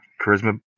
charisma